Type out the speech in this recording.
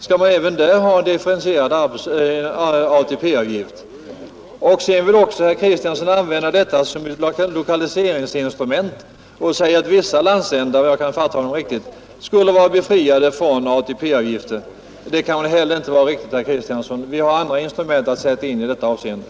Skall vi även där ha differentierade ATP-avgifter? Slutligen ville tydligen herr Kristiansson använda ATP-avgifterna som 99 ett lokaliseringsinstrument. Om jag fattade herr Kristiansson rätt, så menade han att vissa landsändar skulle vara befriade från ATP-avgifter. Men det kan väl inte heller vara riktigt, herr Kristiansson. Vi har ju andra instrument att ta till för sådana syften.